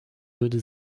würde